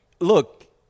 look